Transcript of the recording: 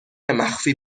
مخفی